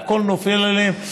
והכול נופל עליהם,